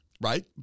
right